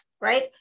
right